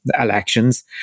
elections